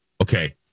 Okay